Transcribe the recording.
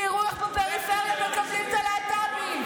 תראו איך הפריפריה מקבלים את הלהט"בים,